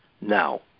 now